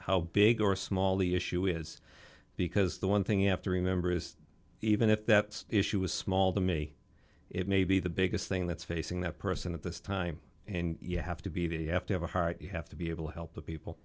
how big or small the issue is because the one thing after remember is even if that issue is small to me it may be the biggest thing that's facing that person at this time and you have to be that you have to have a heart you have to be able to help the people